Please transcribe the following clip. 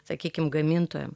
sakykim gamintojam